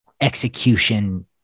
execution